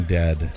dead